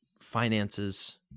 finances